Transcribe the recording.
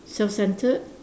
self centred